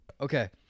Okay